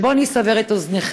ובו אני אסבר את אוזנכם: